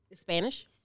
Spanish